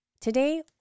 Today